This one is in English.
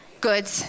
good